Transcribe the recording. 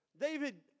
David